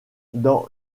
dans